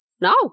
No